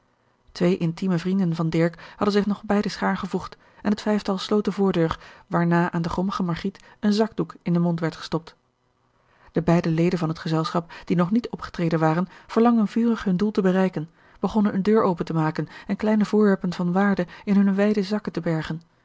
twee intieme vrienden van dirk hadden zich nog bij de schaar gevoegd en het vijftal sloot de voordeur waarna aan de grommige margriet een zakdoek in den mond werd gestopt de beide leden van het gezelschap die nog niet opgetreden waren verlangden vurig hun doel te bereiken begonnen eene deur open te maken en kleine voorwerpen van waarde in hunne wijde zakken te bergen